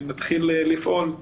נתחיל לפעול,